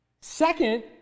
Second